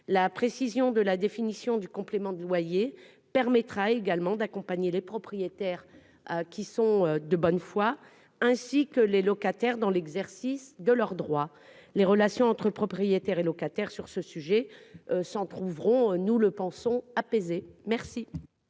La précision de la définition du complément de loyer permettra également d'accompagner les propriétaires de bonne foi ainsi que les locataires dans l'exercice de leurs droits. Les relations entre propriétaires et locataires sur ce sujet s'en trouveront apaisées. Quel